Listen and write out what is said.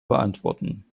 beantworten